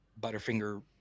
Butterfinger